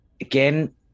again